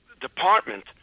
department